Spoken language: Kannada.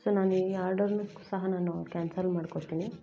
ಸೊ ನಾನು ಈ ಆರ್ಡರ್ನು ಸಹ ನಾನು ಕ್ಯಾನ್ಸಲ್ ಮಾಡ್ಕೊಳ್ತೀನಿ